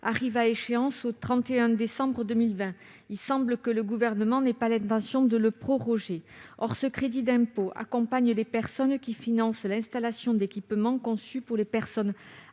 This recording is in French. arrive à échéance le 31 décembre 2020. Il semble que le Gouvernement n'ait pas l'intention de le proroger. Or ce crédit d'impôt accompagne les personnes qui financent l'installation d'équipements conçus pour les personnes